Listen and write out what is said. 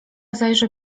zajrzę